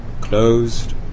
closed